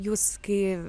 jūs kai